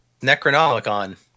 Necronomicon